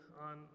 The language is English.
on